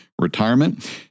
Retirement